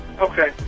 Okay